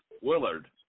Willard